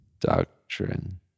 doctrine